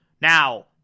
Now